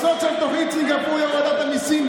הסוד של תוכנית סינגפור הוא הורדת המיסים.